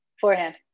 Forehand